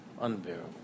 unbearable